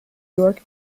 york